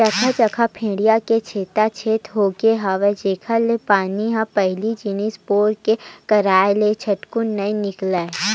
जघा जघा भुइयां के छेदा छेद होगे हवय जेखर ले पानी ह पहिली जइसे बोर के करवाय ले झटकुन नइ निकलय